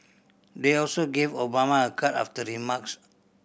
they also gave Obama a card after the remarks